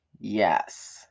yes